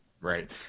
Right